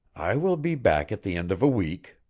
i will be back at the end of a week.